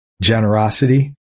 generosity